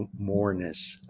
moreness